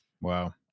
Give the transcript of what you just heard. Wow